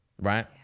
right